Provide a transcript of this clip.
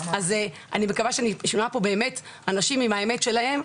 אז אני מקווה שאני אשמע פה באמת אנשים עם האמת שלהם,